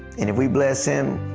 and if we bless him,